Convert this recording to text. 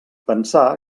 pensar